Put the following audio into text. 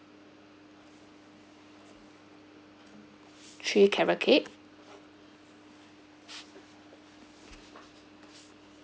three carrot cake